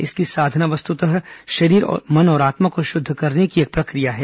इसकी साधना वस्तुतः शरीर मन और आत्मा को शुद्ध करने की एक प्रक्रिया है